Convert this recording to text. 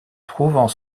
trouvant